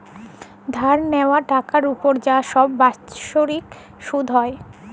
ধার লিয়ে টাকার উপর যা ছব বাচ্ছরিক ছুধ হ্যয়